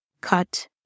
cut